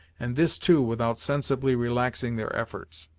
and this too without sensibly relaxing their efforts.